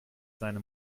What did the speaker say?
seine